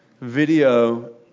video